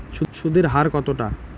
সুদের হার কতটা?